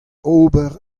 ober